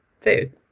food